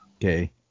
Okay